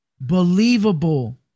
believable